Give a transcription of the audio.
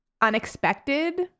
unexpected